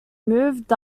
moved